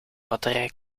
batterij